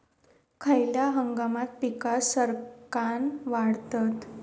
खयल्या हंगामात पीका सरक्कान वाढतत?